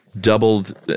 Doubled